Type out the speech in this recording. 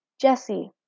jesse